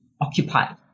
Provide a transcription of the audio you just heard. occupied